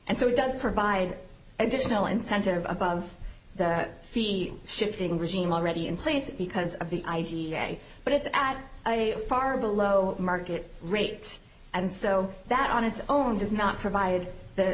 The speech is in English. and so it does provide additional incentive above the fee shifting regime already in place because of the id but it's at far below market rate and so that on its own does not provide the